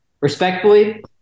respectfully